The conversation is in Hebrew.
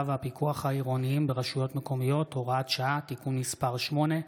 והפיקוח העירוניים ברשויות המקומיות (הוראת שעה) (תיקון מס' 8),